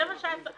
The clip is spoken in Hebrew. זה מה שהאזרחים,